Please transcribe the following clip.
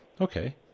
Okay